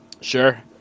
Sure